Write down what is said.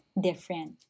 different